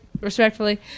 respectfully